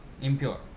impure